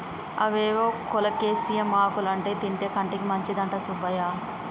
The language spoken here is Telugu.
అవేవో కోలేకేసియం ఆకులంటా తింటే కంటికి మంచిదంట సుబ్బయ్య